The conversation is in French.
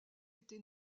été